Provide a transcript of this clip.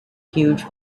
huge